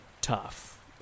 tough